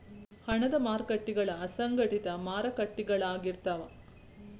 ಹಣದ ಮಾರಕಟ್ಟಿಗಳ ಅಸಂಘಟಿತ ಮಾರಕಟ್ಟಿಗಳಾಗಿರ್ತಾವ